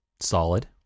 solid